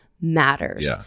matters